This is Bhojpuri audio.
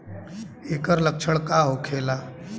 ऐकर लक्षण का होखेला?